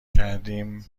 کردیم